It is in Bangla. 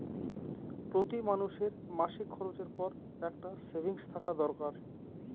প্রতি মানুষের মাসিক খরচের পর একটা সেভিংস থাকা দরকার